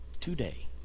Today